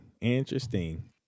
interesting